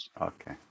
Okay